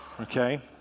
Okay